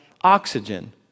oxygen